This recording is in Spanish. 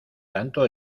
tanto